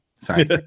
sorry